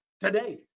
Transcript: today